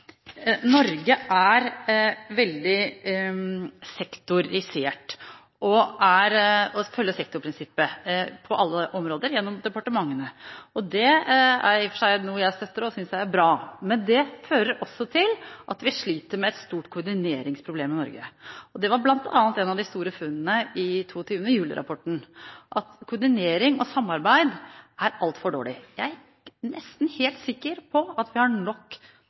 er i og for seg noe jeg støtter, og som jeg synes er bra. Det fører også til at vi sliter med et stort koordineringsproblem i Norge. Det var bl.a. et av de store funnene i 22. juli-rapporten, at koordinering og samarbeid er altfor dårlig. Jeg er nesten helt sikker på at vi har nok